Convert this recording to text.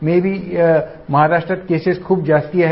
may be महाराष्ट्रात cases खुब जास्त आहे